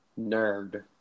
nerd